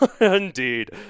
indeed